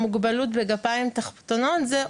הם מקבלים את המידע על זכאות והשירות מהביטוח הלאומי?